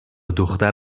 دختر